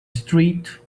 street